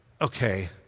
Okay